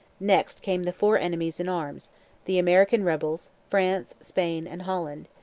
next came the four enemies in arms the american rebels, france, spain, and holland.